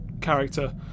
character